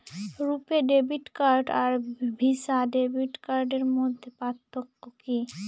রূপে debit card আর Visa debit কার্ডের মধ্যে পার্থক্য কি?